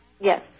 Yes